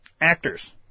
actors